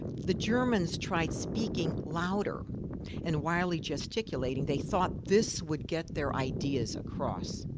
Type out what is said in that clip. the germans tried speaking louder and wildly gesticulating they thought this would get their ideas across.